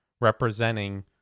representing